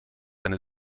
eine